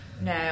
no